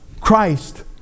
Christ